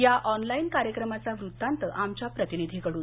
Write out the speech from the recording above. या ऑनलाईन कार्यक्रमाचा वृत्तांत आमच्या प्रतिनिधी कडून